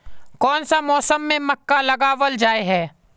कोन सा मौसम में मक्का लगावल जाय है?